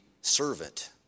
servant